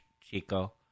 Chico